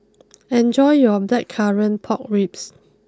enjoy your blackcurrant Pork Ribs